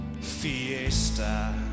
fiesta